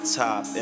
top